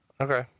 Okay